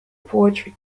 poetry